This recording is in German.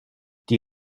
die